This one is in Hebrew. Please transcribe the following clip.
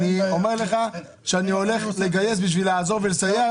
אני אומר לך שאני הולך לגייס כדי לעזור ולסייע,